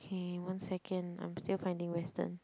okay one second I'm still finding Western